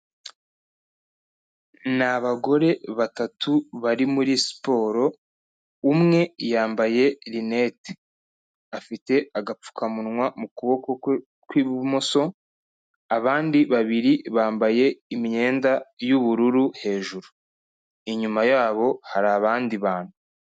Ni abagore batatu bari muri siporo, umwe yambaye rinete, afite agapfukamunwa mu kuboko kwe kw'ibumoso, abandi babiri bambaye imyenda y'ubururu hejuru, inyuma yabo hari abandi bantu.